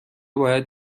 باید